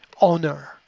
honor